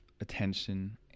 attention